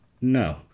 No